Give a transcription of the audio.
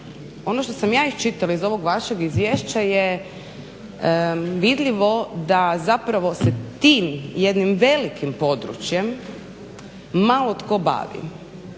Ono što sam ja iščitala iz ovog vašeg izvješća je vidljivo da zapravo se tim jednim velikim područjem malo tko bavi.